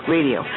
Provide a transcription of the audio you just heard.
Radio